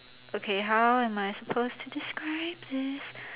okay how am I supposed to describe this